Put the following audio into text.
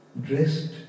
dressed